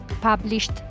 published